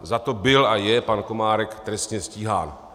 Za to byl a je pan Komárek trestně stíhán.